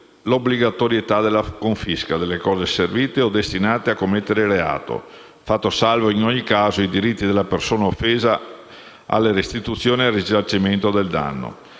l'obbligatorietà della confisca delle cose servite o destinate a commettere il reato, fatti salvi, in ogni caso, i diritti della persona offesa alle restituzioni e al risarcimento del danno.